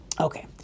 Okay